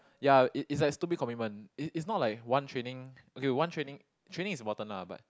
ya is is like stupid commitment is is not like one training okay one training training is important lah but